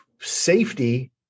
safety